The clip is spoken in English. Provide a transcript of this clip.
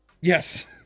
Yes